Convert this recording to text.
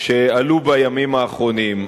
שעלו בימים האחרונים.